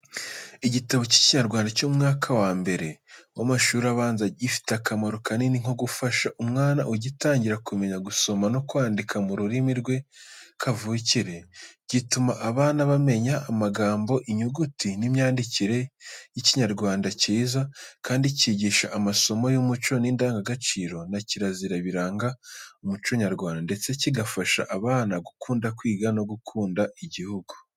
Igitabo cy’Ikinyarwanda cyo mu mwaka wa mbere w’amashuri abanza gifite akamaro kanini nko gufasha umwana ugitangira kumenya gusoma no kwandika mu rurimi rwe kavukire. Gituma abana bamenya amagambo, inyuguti n’imyandikire y’Ikinyarwanda cyiza, kandi kigisha amasomo y’umuco n’indangagaciro na kirazira biranga umuco nyarwanda, ndetse kigafasha abana gukunda kwiga no gukunda igihugu.